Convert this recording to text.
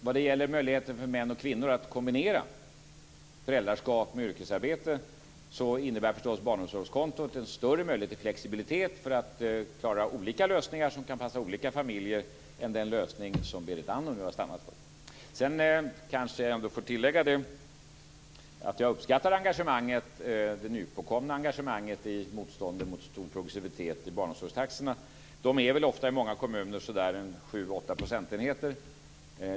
Vad gäller möjligheten för män och kvinnor att kombinera föräldraskap med yrkesarbete innebär förstås barnomsorgskontot en större möjlighet till flexibilitet, för att klara olika lösningar som kan passa olika familjer, än den lösning som Berit Andnor nu har stannat för. Jag kanske ändå får tillägga att jag uppskattar det nypåkomna engagemanget i motståndet mot stor progressivitet i barnomsorgstaxorna. De är i många kommuner 7-8 procentenheter.